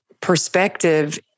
perspective